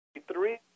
three